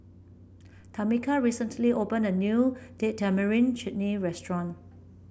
Tamika recently opened a new Date Tamarind Chutney Restaurant